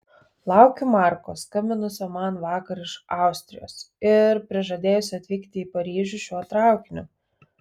laukiu marko skambinusio man vakar iš austrijos ir prižadėjusio atvykti į paryžių šiuo traukiniu